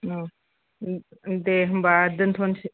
औ दे होनबा दोनथ'सै